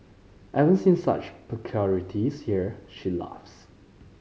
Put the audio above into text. I haven't seen such peculiarities here she laughs